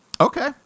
Okay